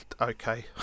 okay